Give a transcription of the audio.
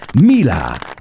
Mila